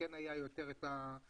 הייתה יותר ההתפתחות.